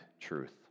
truth